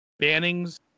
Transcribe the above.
bannings